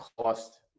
cost